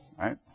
right